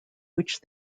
which